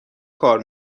کار